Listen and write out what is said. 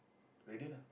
radio lah